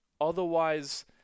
Otherwise